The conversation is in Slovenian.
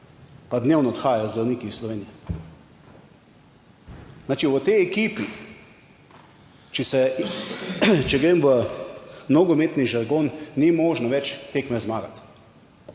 pa dnevno odhajajo zdravniki iz Slovenije. Zdaj, če v tej ekipi, če se, če grem v nogometni žargon, ni možno več tekme zmagati,